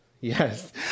yes